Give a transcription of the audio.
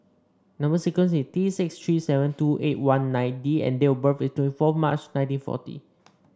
number sequence is T six three seven two eight one nine D and date of birth is twenty four March nineteen forty